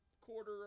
quarter